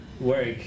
work